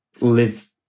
live